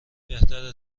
بهتره